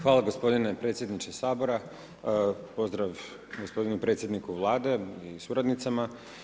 Hvala gospodine predsjedniče Sabora, pozdrav gospodinu predsjedniku Vlade i suradnicama.